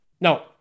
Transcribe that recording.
no